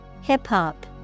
Hip-hop